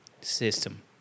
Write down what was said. system